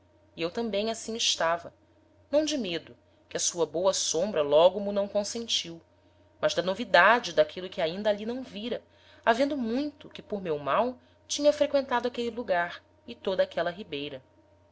e eu tambem assim estava não de medo que a sua boa sombra logo m'o não consentiu mas da novidade d'aquilo que ainda ali não vira havendo muito que por meu mal tinha frequentado aquele lugar e toda aquela ribeira